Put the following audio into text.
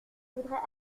voudrais